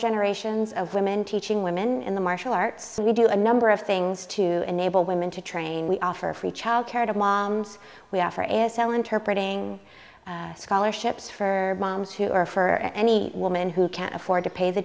generations of women teaching women in the martial arts so we do a number of things to enable women to train we offer free childcare to moms we offer is sell interpreting scholarships for moms who are for any woman who can't afford to pay the